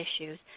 issues